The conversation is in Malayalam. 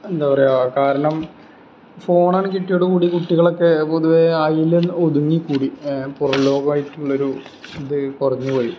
എന്താ പറയുക കാരണം ഫോണാണെങ്കിൽ കിട്ടിയതോട് കൂടി കുട്ടികളൊക്കെ പൊതുവെ അതിൽ ഒതുങ്ങി കൂടി പുറം ലോകമായിട്ടുള്ളൊരു ഇത് കുറഞ്ഞു പോയി